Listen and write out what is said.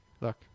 Look